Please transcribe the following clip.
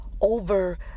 over